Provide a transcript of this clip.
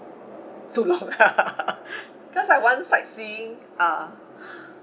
don't know lah because I want sightseeing ah